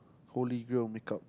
holy grill will make up